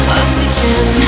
oxygen